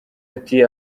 ati